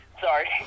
Sorry